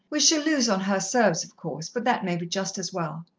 we shall lose on her serves, of course, but that may be just as well.